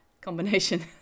combination